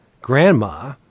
Grandma